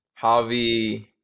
Javi